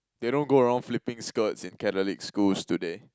they don't go around flipping skirts in Catholic schools do they